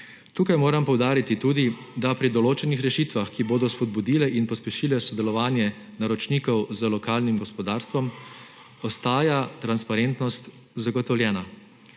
Tukaj moram poudariti tudi, da pri določenih rešitvah, ki bodo spodbudile in pospešile sodelovanje naročnikov z lokalnim gospodarstvom, ostaja transparentnost zagotovljena.